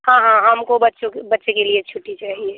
हाँ हाँ हमको बच्चों के बच्चे के लिए छुट्टी चाहिए